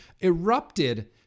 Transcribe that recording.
erupted